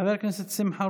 חבר הכנסת שמחה